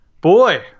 Boy